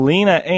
Lena